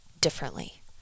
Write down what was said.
differently